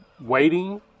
waiting